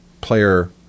player